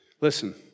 Listen